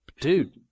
Dude